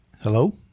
Hello